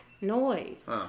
noise